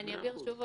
אני אבהיר שוב,